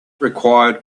required